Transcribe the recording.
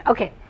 Okay